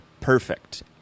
perfect